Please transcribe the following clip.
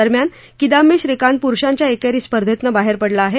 दरम्यान किदांबी श्रीकांत पुरूषांच्या एकेरी स्पर्धेतनं बाहेर पडला आहे